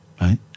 right